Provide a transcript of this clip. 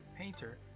painter